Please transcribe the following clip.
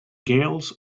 gaels